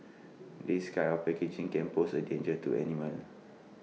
this kind of packaging can pose A danger to animals